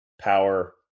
power